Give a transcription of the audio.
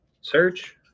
search